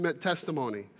testimony